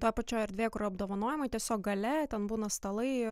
toj pačioj erdvėj kur apdovanojimai tiesiog gale ten būna stalai